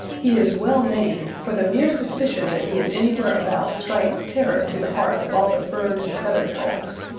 he is well named, for the mere suspicion that he is anywhere about strikes terror to the heart of all the furred and feathered folks.